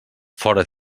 fóra